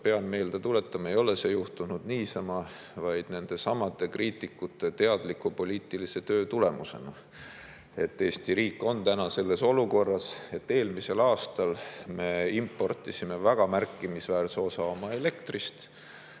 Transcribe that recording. pean meelde tuletama, et see ei ole juhtunud niisama, vaid nendesamade kriitikute teadliku poliitilise töö tulemusena. Eesti riik on praegu sellises olukorras, et eelmisel aastal me importisime väga märkimisväärse osa oma elektrist.